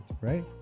right